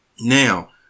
Now